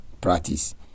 practice